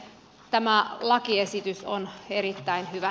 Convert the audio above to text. tämä lakiesitys on erittäin hyvä